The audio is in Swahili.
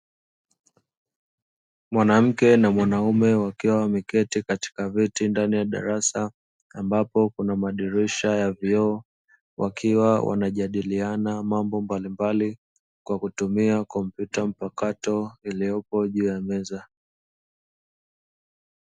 Mwanamke na mwanaume wakiwa wameketi katika viti ndani ya darasa, ambapo kuna madirisha ya vioo wakiwa wanajadiliana mambo mbalimbali kwa kutumia kompyuta mpakato iliyopo juu ya meza.